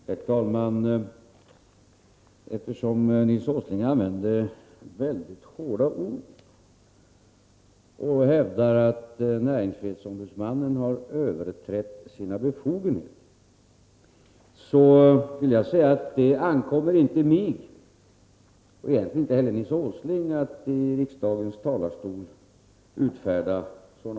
Herr talman! Nils Åsling använde väldigt hårda ord och hävdade att NO har överträtt sina befogenheter. Då vill jag säga att det inte ankommer på mig — och egentligen inte heller på Nils Åsling — att i riksdagens talarstol fälla sådana omdömen.